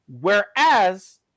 Whereas